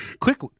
Quick